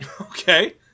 Okay